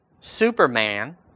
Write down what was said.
Superman